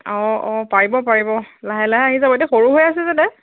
অঁ অঁ পাৰিব পাৰিব লাহে লাহে আহি যাব এতিয়া সৰু হৈ আছে যে তাই